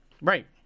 right